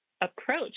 approach